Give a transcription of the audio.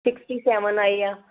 sixty seven ਆਏ ਹੈ